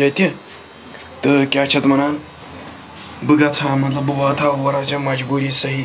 ییٚتہِ تہٕ کیٛاہ چھِ اَتھ وَنان بہٕ گژھٕ ہا مطلب بہٕ واتہٕ ہا اورٕ حظ یہِ مَجبوٗری صحیح